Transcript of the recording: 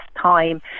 time